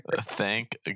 Thank